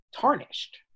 tarnished